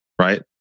right